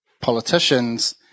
politicians